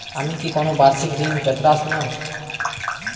আমি কি কোন বাষিক ঋন পেতরাশুনা?